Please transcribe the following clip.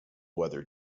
weather